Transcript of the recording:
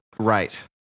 Right